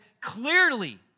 clearly